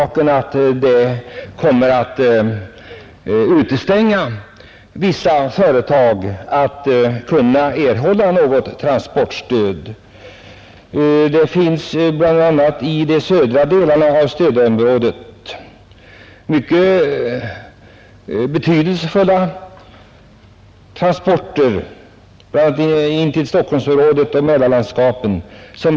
På grund av den bestämmelsen kommer vissa företag att utestängas från möjligheten att erhålla transportstöd. I t.ex. de södra delarna av stödområdet finns mycket betydelsefulla industrier som har transporter, bl.a. till Stockholmsområdet och Mälarlandskapen.